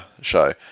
show